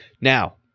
Now